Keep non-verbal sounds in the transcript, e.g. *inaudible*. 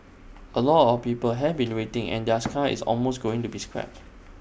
A lot of people have been waiting and theirs *noise* car is almost going to be scrapped